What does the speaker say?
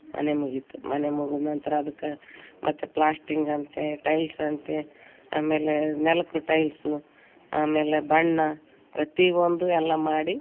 ಮನೆ ಮುಗೀತು ಮನೆ ಮುಗದ ನಂತರ ಅದಕ್ಕೆ ಮತ್ತೆ ಪ್ಲಾಸ್ಟಿಂಗ್ ಅಂತೆ ಟೈಲ್ಸ್ ಅಂತೆ ಆಮೇಲೆ ನೆಲಕ್ಕೂ ಟೈಲ್ಸು ಆಮೇಲೆ ಬಣ್ಣ ಪ್ರತಿ ಒಂದು ಎಲ್ಲ ಮಾಡಿ